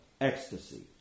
ecstasy